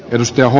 kirsti aho